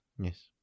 Yes